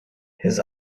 his